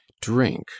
drink